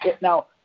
Now